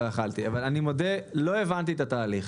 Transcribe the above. אני מודה שלא הבנתי את התהליך.